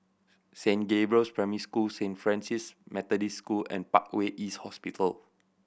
Saint Gabriel's Primary School Saint Francis Methodist School and Parkway East Hospital